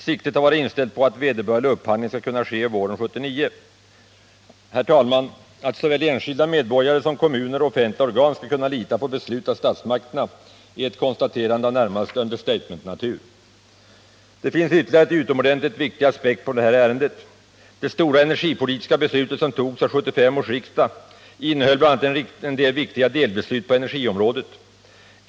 Siktet har varit inställt på att vederbörlig upphandling skall kunna ske våren 1979. Herr talman! Att såväl enskilda medborgare som kommuner och offentliga organ skall kunna lita på beslut av statsmakterna är ett konstaterande av närmast understatement-natur. Det finns ytterligare en utomordentligt viktig aspekt på detta ärende. Det stora energipolitiska beslut som fattades av 1975 års riksdag innehöll bl.a. en rad viktiga delbeslut på energiområdet.